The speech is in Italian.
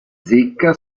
zecca